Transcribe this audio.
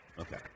Okay